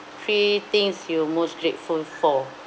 free things you most grateful for